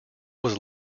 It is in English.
was